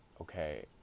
okay